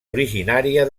originària